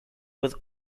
with